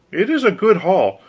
it is a good haul.